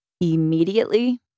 immediately